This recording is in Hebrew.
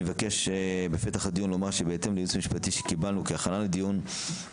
אני מבקש בפתח הדיון לומר שבהתאם לייעוץ המשפטי שקיבלנו כהכנה לדיון,